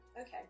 Okay